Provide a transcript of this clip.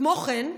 כמו כן,